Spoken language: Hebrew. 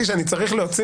יחסי